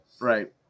Right